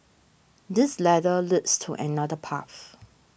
this ladder leads to another path